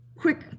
quick